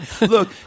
Look